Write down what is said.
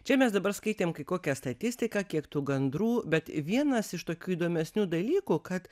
čia mes dabar skaitėm kai kokią statistiką kiek tų gandrų bet vienas iš tokių įdomesnių dalykų kad